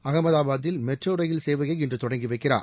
அகமதாபாத்தில் metro rail சேவையை இன்று தொடங்கி வைக்கிறார்